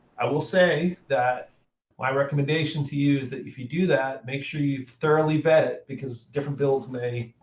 i will say that my recommendation to you is that, if you do that, make sure you thoroughly vet it, because different builds may